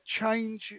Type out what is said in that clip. change